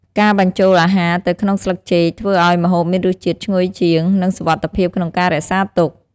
ការបញ្ចុលអាហារទៅក្នុងស្លឹកចេកធ្វើឱ្យម្ហូបមានរសជាតិឈ្ងុយជាង និងសុវត្ថិភាពក្នុងការរក្សាទុក។